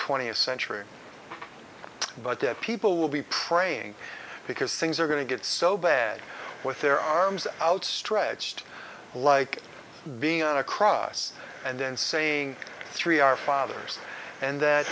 twentieth century but that people will be praying because things are going to get so bad with their arms outstretched like being on a cross and then saying three our fathers and th